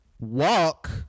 walk